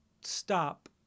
stop